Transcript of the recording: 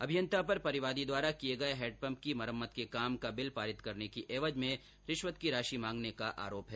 अभियंता पर परिवादी द्वारा किये गये हैण्डपम्प की मरम्मत के कार्य का बिल पारित कराने की एवज में रिश्वत मांगने का आरोप है